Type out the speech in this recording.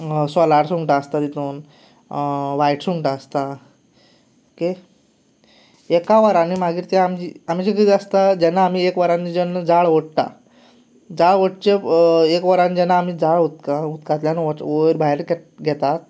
सोलार सुंगटां आसता तातूंत व्हायट सुंगटां आसता ओके एका वरांत मागीर ते आमचे आमचें कितें आसता जेन्ना आमी एक वरांत जेन्ना जाळ ओडटा जाळ ओडचे एक वरांत जेन्ना आमी जाळ ओडटा उदकांतल्यान वयर भायर काडटा घेतात